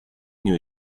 new